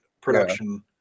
production